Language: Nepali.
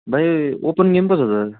भाइ ओपन गेम पो छ त